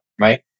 Right